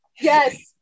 Yes